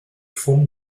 fum